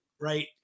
Right